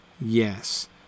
yes